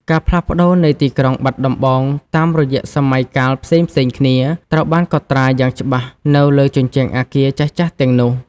ការផ្លាស់ប្តូរនៃទីក្រុងបាត់ដំបងតាមរយៈសម័យកាលផ្សេងៗគ្នា ត្រូវបានកត់ត្រាយ៉ាងច្បាស់នៅលើជញ្ជាំងអគារចាស់ៗទាំងនោះ។